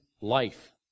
life